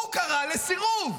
הוא קרא לסירוב.